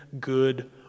good